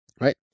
right